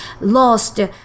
lost